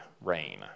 rain